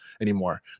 anymore